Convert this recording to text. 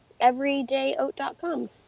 EverydayOat.com